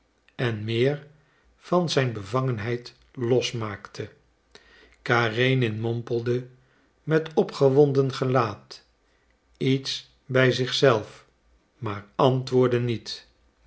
on meer van zijn bevangenheid losmaakte karenin mompelde met opgewonden gelaat iets bij zich zelf maar antwoordde niet